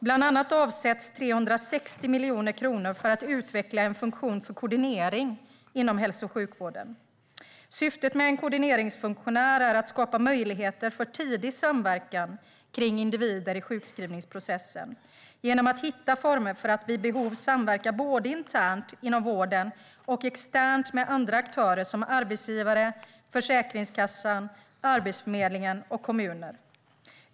Bland annat avsätts 360 miljoner kronor för att utveckla en funktion för koordinering inom hälso och sjukvården. Syftet med en koordineringsfunktion är att skapa möjligheter för tidig samverkan kring individer i sjukskrivningsprocessen genom att hitta former för att vid behov samverka både internt inom vården och externt med andra aktörer som arbetsgivare, Försäkringskassan, Arbetsförmedlingen och kommuner.